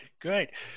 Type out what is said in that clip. great